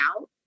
out